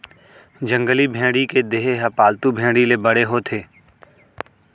जंगली भेड़ी के देहे ह पालतू भेड़ी ले बड़े होथे